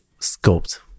scoped